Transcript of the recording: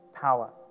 power